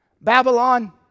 Babylon